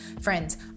friends